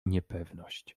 niepewność